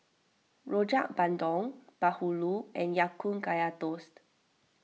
Rojak Bandung Bahulu and Ya Kun Kaya Toast